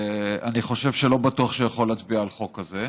ואני חושב שלא בטוח שהוא יכול להצביע על חוק כזה,